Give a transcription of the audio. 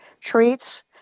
treats